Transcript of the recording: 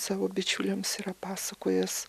savo bičiuliams yra pasakojęs